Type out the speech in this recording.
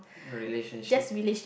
relationship